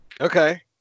Okay